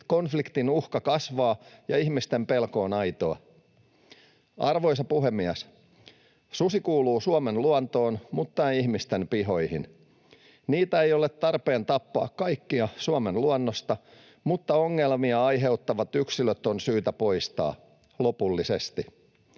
konfliktin uhka kasvaa ja ihmisten pelko on aitoa. Arvoisa puhemies! Susi kuuluu Suomen luontoon mutta ei ihmisten pihoihin. Niitä kaikkia ei ole tarpeen tappaa Suomen luonnosta, mutta ongelmia aiheuttavat yksilöt on syytä poistaa — lopullisesti.